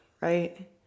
right